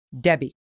Debbie